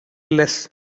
less